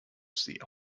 sehr